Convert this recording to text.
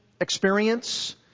experience